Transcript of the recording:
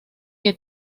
que